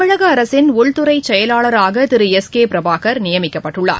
தமிழக அரசின் உள்துறை செயலராக திரு எஸ் கே பிரபாகர் நியமிக்கப்பட்டுள்ளார்